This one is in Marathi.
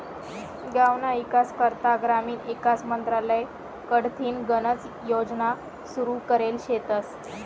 गावना ईकास करता ग्रामीण ईकास मंत्रालय कडथीन गनच योजना सुरू करेल शेतस